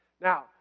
Now